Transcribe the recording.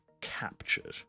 captured